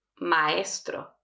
maestro